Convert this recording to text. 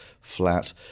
flat